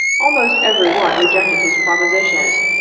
almost every one rejected his proposition,